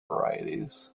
varieties